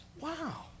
Wow